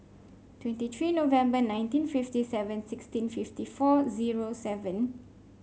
twenty three November nineteen fifty seven sixteen fifty four zero seven